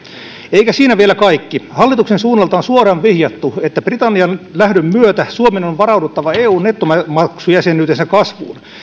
eikä siinä vielä kaikki hallituksen suunnalta on suoraan vihjattu että britannian lähdön myötä suomen on varauduttava eun nettomaksujäsenyytensä kasvuun